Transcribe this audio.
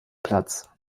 platz